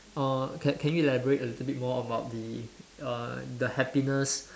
uh can can you elaborate a little bit more about the uh the happiness